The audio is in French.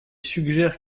suggère